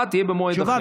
והצבעה יהיו במועד אחר.